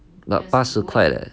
but 八十块 leh